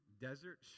desert